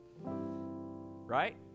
Right